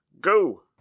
go